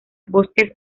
bosques